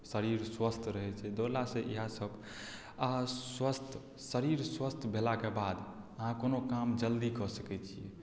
शरीर स्वस्थ्य रहै छै दौड़ला से इएह सभ स्वस्थ्य शरीर स्वस्थ्य भेलाकेँ बाद अहाँ कोनो काम जल्दी कऽ सकै छी